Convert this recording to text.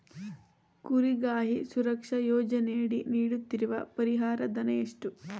ಕುರಿಗಾಹಿ ಸುರಕ್ಷಾ ಯೋಜನೆಯಡಿ ನೀಡುತ್ತಿರುವ ಪರಿಹಾರ ಧನ ಎಷ್ಟು?